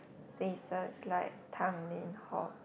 places like Tanglin-Halt